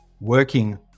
working